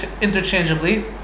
interchangeably